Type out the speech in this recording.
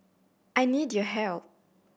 I need your help